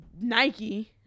Nike